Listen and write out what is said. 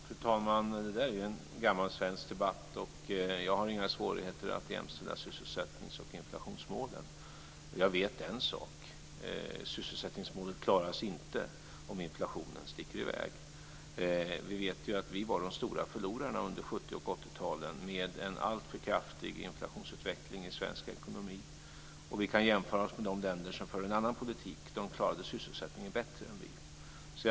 Fru talman! Det där är en gammal svensk debatt. Jag har inga svårigheter att jämställa sysselsättningsoch inflationsmålen. Jag vet en sak: Sysselsättningsmålet klaras inte om inflationen sticker i väg. Vi var de stora förlorarna under 70 och 80-talen med en alltför kraftig inflationsutveckling i svensk ekonomi. Vi kan jämföra oss med de länder som för en annan politik. De klarade sysselsättningen bättre än vi.